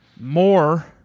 more